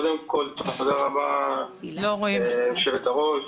תודה רבה, יושבת הראש.